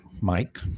Mike